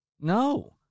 No